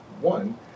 one